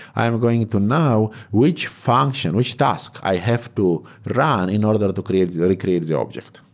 i'm going to now which function, which task i have to run in order to recreate recreate the object.